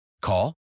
Call